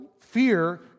fear